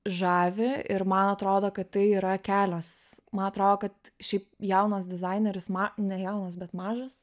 žavi ir man atrodo kad tai yra kelios man atrodo kad šiaip jaunas dizaineris nejaunas bet mažas